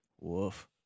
Woof